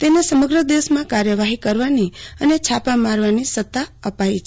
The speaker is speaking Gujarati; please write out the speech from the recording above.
તેને ન્સમાંગ્ર દેશમાં કાર્યવાહી કરવાની અને છાપા મારવાની સતા અપાઈ છે